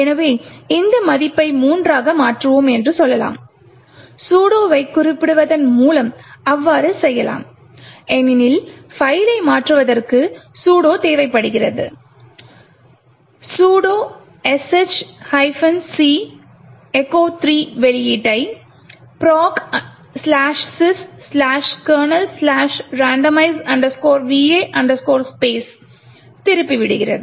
எனவே இந்த மதிப்பை 3 ஆக மாற்றுவோம் என்று சொல்லலாம் சூடோ வைக் குறிப்பிடுவதன் மூலம் அவ்வாறு செய்யலாம் ஏனெனில் பைல்லை மாற்றுவதற்கு சூடோ தேவைப்படுகிறது sudo sh c "echo 3" வெளியீட்டை proc sys kernel randomize va space திருப்பி விடுகிறது